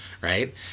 right